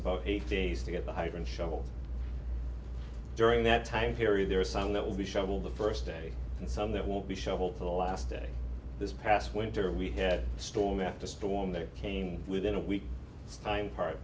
about eight days to get the hydrant shoveled during that time period there are some that will be shovel the first day and some that will be shoveled for the last day this past winter we had storm after storm that came within a week time part